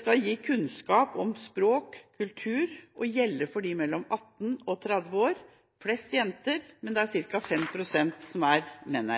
skal gi kunnskap om språk og kultur og gjelder for dem mellom 18 og 30 år, flest jenter, men ca. 5 pst. er menn.